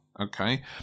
okay